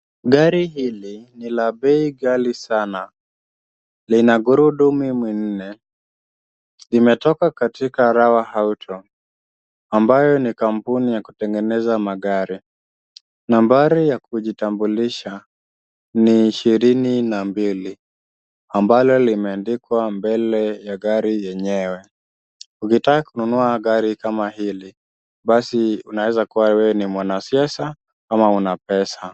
Gari hili ni la pei kali sana. Lina gurudumu minne, imetoka katika Rawa Auto, ambayo ni kampuni ya kutengeneza magari, nambari ya kujitambulisha ni ishirini na mbili, ambalo limeandikwa mbele ya gari yenyewe. Ukitaka kuna gari kama hili basi unaweza kuwa wewe ni mwanasiasa ama una pesa.